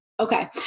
Okay